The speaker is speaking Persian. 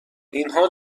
اینها